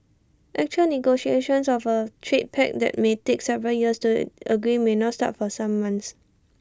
actual negotiations of A trade pact that may take several years to agree may not start for some months